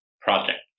project